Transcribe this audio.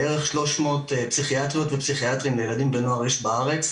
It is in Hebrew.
בערך 300 פסיכיאטריות ופסיכיאטרים לילדים ונוער יש בארץ,